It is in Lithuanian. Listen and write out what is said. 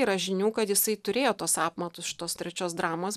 yra žinių kad jisai turėjo tuos apmatus šitos trečios dramos